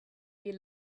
you